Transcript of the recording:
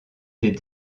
des